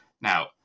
Now